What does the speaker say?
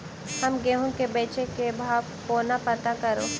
हम गेंहूँ केँ बेचै केँ भाव कोना पत्ता करू?